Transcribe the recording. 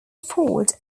ford